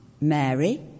Mary